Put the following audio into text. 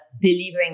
delivering